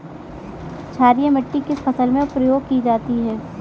क्षारीय मिट्टी किस फसल में प्रयोग की जाती है?